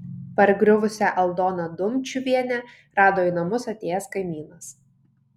pargriuvusią aldoną dumčiuvienę rado į namus atėjęs kaimynas